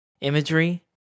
imagery